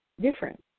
different